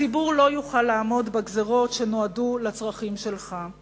הציבור לא יוכל לעמוד בגזירות שנועדו לצרכים שלך.